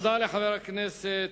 תודה לחבר הכנסת